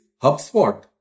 HubSpot